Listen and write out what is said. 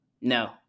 no